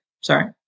sorry